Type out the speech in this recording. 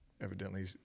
evidently